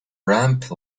ramp